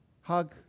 hug